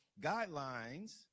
guidelines